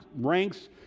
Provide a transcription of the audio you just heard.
ranks